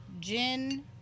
Gin